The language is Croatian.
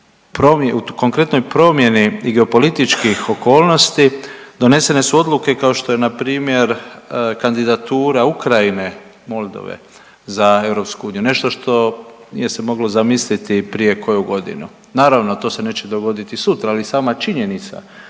U konkretnoj promjeni i geopolitičkih okolnosti donesene su odluke, kao što je npr. kandidatura Ukrajine, Moldove, za EU, nešto što nije se moglo zamisliti prije koju godinu. Naravno, to se neće dogoditi sutra, ali sama činjenica